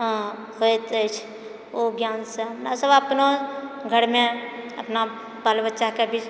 होइत अछि ओ ज्ञानसँ हमरा सभ अपनो घरमे अपना बाल बच्चा कऽ भी